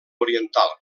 oriental